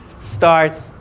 starts